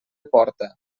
porta